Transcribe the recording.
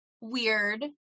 weird